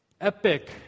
epic